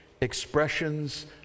expressions